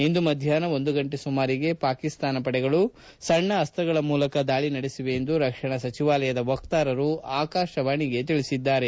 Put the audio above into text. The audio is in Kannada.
ಇಂದು ಮಧ್ವಾಹ್ನ ಒಂದು ಗಂಟೆ ಸುಮಾರಿಗೆ ಪಾಕಿಸ್ತಾನ ಪಡೆಗಳು ಸಣ್ಣ ಅಸ್ತಗಳ ಮೂಲಕ ದಾಳಿ ನಡೆಸಿವೆ ಎಂದು ರಕ್ಷಣಾ ಸಚಿವಾಲಯದ ವಕ್ತಾರರು ಆಕಾಶವಾಣಿಗೆ ತಿಳಿಸಿದ್ದಾರೆ